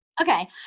Okay